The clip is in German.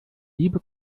liebe